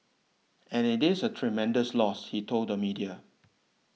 and it is a tremendous loss he told the media